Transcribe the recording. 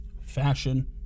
fashion